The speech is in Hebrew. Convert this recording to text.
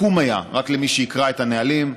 רק למי שיקרא את הנהלים,